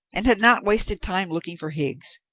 and had not wasted time looking for higgs!